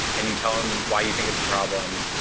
and you tell him why you think it's a problem,